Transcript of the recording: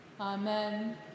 Amen